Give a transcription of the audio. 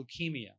leukemia